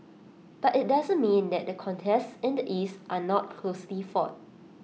but IT doesn't mean that the contests in the east are not closely fought